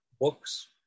books